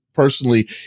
Personally